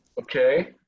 Okay